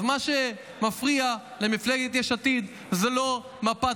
אז מה שמפריע למפלגת יש עתיד זה לא מפת